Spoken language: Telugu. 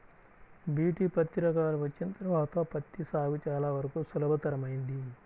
బీ.టీ పత్తి రకాలు వచ్చిన తర్వాత పత్తి సాగు చాలా వరకు సులభతరమైంది